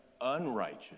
unrighteous